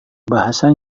bahasa